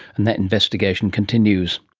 and that investigation continues